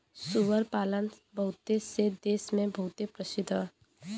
सूअर पालन बहुत से देस मे बहुते प्रसिद्ध हौ